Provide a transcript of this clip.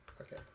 Okay